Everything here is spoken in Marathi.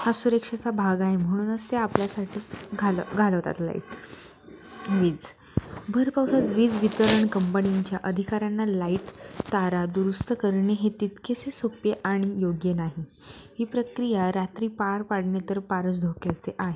हा सुरक्षेचा भाग आहे म्हणूनच ते आपल्यासाठी घाल घालवतात लाईट वीज भर पावसात वीज वितरण कंपनींच्या अधिकाऱ्यांना लाईट तारा दुरुस्त करणे हे तितकेसे सोप्पे आणि योग्य नाही ही प्रक्रिया रात्री पार पाडणे तर फारच धोक्याचे आहे